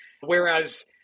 Whereas